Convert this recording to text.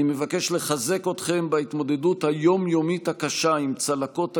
אני מבקש לחזק אתכם בהתמודדות הים-יומית הקשה עם צלקות הגירוש,